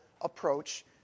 approach